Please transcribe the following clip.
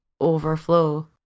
overflow